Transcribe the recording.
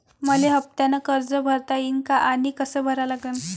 मले हफ्त्यानं कर्ज भरता येईन का आनी कस भरा लागन?